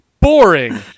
boring